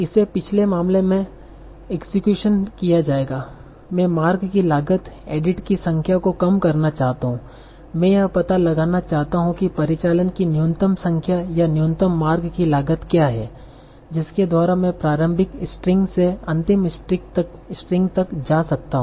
इसे पिछले मामले में इक्सक्यूशन किया जाएगा मैं मार्ग की लागत एडिट की संख्या को कम करना चाहता हूं मैं यह पता लगाना चाहता हूं कि परिचालन की न्यूनतम संख्या या न्यूनतम मार्ग की लागत क्या है जिसके द्वारा मैं प्रारंभिक स्ट्रिंग से अंतिम स्ट्रिंग तक जा सकता हूं